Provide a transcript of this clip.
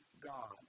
God